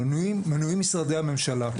מנויים משרדי הממשלה.